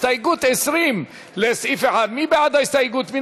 הסתייגות 20 לסעיף 1, מי בעד ההסתייגות?